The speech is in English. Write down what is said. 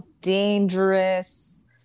dangerous